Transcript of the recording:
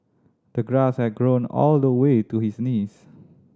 the grass had grown all the way to his knees